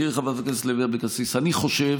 תראי, חברת הכנסת לוי אבקסיס, אני חושב